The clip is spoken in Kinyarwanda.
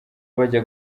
bajya